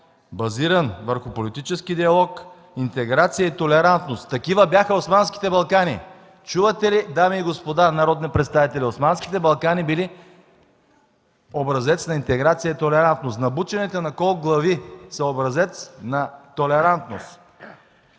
базиран върху политически диалог, интеграция и толерантност. Такива бяха Османските Балкани.” Чувате ли, дами и господа народни представители? Османските Балкани били образец на интеграция и толерантност! Набучените на кол глави са образец на толерантност!